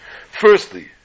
Firstly